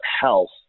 health